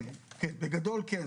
בגדול כן.